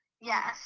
Yes